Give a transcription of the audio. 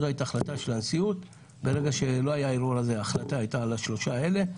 ההחלטה של הנשיאות הייתה על השלושה האלה.